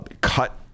cut